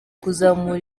kuzamura